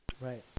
Right